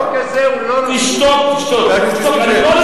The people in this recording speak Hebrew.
תשתוק, תשתוק.